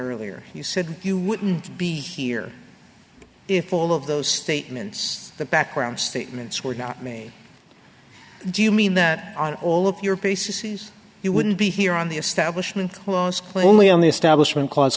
earlier you said you wouldn't be here if all of those statements the background statements were not made do you mean that on all of your bases you wouldn't be here on the establishment clause only on the establishment clause